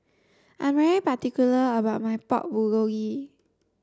I am particular about my Pork Bulgogi